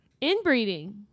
Inbreeding